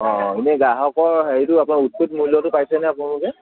অ এনে গ্ৰাহকৰ হেৰিটো উচিত মূল্যটো পাইছেনে আপোনালোকে